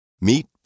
Meet